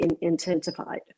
intensified